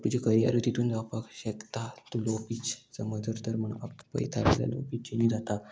तुजें करियरूय तितून जावपाक शकता तूं लो पीच समज जर तर म्हण पयता लो पिचींनी जाता